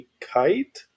kite